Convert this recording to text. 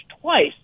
twice